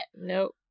Nope